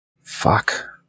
Fuck